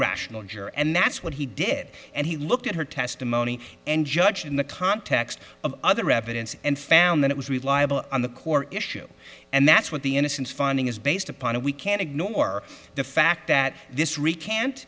rational juror and that's what he did and he looked at her testimony and judged in the context of other evidence and found that it was reliable on the core issue and that's what the innocence finding is based upon we can't ignore the fact that this recant